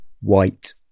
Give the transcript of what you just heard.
white